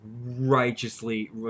righteously